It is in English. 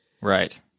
right